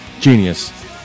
Genius